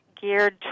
geared